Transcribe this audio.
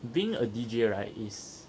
being a D_J right is